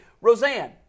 Roseanne